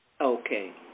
Okay